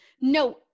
No